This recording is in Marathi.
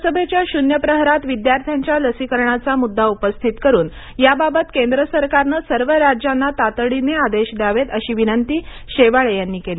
लोकसभेच्या शुन्य प्रहरात विद्यार्थ्यांच्या लसीकरणाचा मुद्दा उपस्थित करून याबाबत केंद्र सरकारने सर्व राज्यांना तातडीने आदेश द्यावेतअशी विनंती शेवाळे यांनी केली